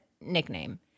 nickname